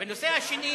אבל לשמוע,